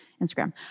Instagram